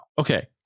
Okay